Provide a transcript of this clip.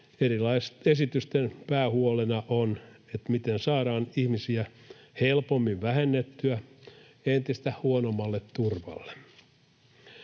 kannustavien esitysten päähuolena on, miten saadaan ihmisiä helpommin vähennettyä entistä huonommalle turvalle.